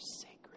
sacred